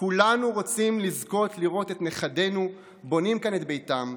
"כולנו רוצים לזכות לראות את נכדינו בונים כאן את ביתם,